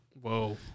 whoa